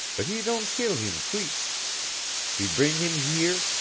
but he don' keel heem queek he bring heem here,